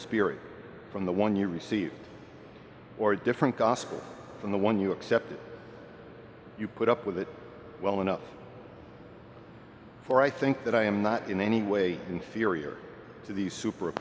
spirit from the one you receive or a different gospel than the one you accept you put up with it well enough for i think that i am not in any way inferior to the super